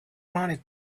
planet